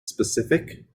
specific